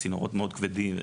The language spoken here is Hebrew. צינורות מאוד כבדים וכולי.